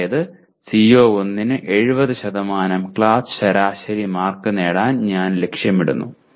അതായത് CO1 ന് 70 class ശരാശരി മാർക്ക് നേടാൻ ഞാൻ ലക്ഷ്യമിടുന്നു